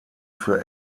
für